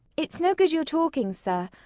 it's no good your talking, sir.